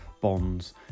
bonds